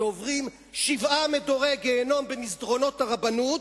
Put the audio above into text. שעוברים שבעה מדורי גיהינום במסדרונות הרבנות,